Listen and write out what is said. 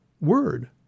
word